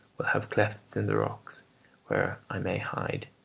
will have clefts in the rocks where i may hide,